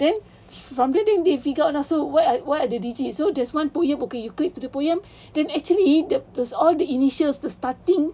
then from there they figure out lah so what are what are the digit so this [one] put here okay you click to the poem then actually it's all the initial to starting